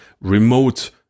remote